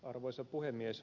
arvoisa puhemies